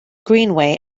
greenway